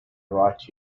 write